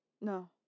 No